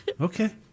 Okay